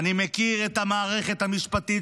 מצטט: אני מכיר את המערכת המשפטית